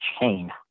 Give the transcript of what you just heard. chain